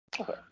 Okay